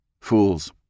Fools